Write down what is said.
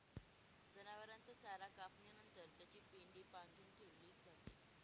जनावरांचा चारा कापणी नंतर त्याची पेंढी बांधून ठेवली जाते